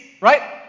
right